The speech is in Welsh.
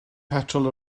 petrol